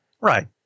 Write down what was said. Right